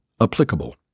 applicable